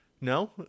No